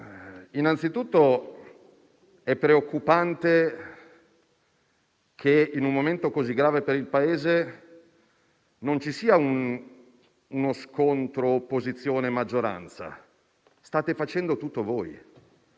Consiglio, è preoccupante che, in un momento così grave per il Paese, non ci sia uno scontro opposizione-maggioranza: state facendo tutto voi.